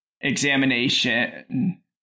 examination